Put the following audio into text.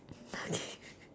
okay